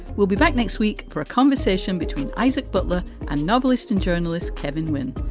we'll be back next week for a conversation between isaac butler, a novelist and journalist. kevin win.